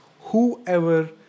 whoever